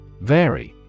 Vary